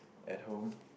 at home